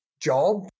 job